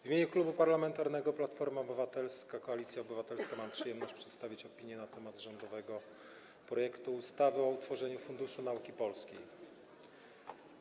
W imieniu Klubu Parlamentarnego Platforma Obywatelska - Koalicja Obywatelska mam przyjemność przedstawić opinię na temat rządowego projektu ustawy o utworzeniu Funduszu Polskiej Nauki.